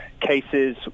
cases